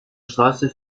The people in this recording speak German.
straße